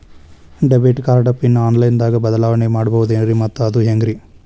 Debit card pin online ದಾಗ ಬದಲಾವಣೆ ಮಾಡಬಹುದೇನ್ರಿ ಮತ್ತು ಅದು ಹೆಂಗ್ರಿ?